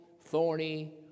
thorny